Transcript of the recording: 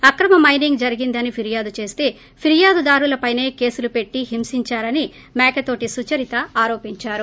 అక్రమ మైనింగ్ జరిందని ఫిర్యాదు చేస్తే ఫిర్యాదుదారులపైనే కేసులు పెట్టి హింసించారని మేకతోటి సుచరిత ఆరోపించారు